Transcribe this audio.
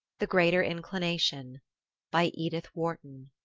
the greater inclination by edith wharton